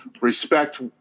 Respect